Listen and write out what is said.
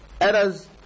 Errors